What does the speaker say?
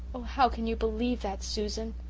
oh, how can you believe that, susan?